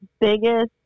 biggest